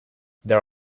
there